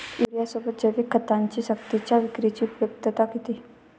युरियासोबत जैविक खतांची सक्तीच्या विक्रीची उपयुक्तता किती?